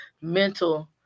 mental